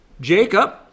Jacob